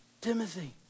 Timothy